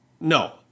No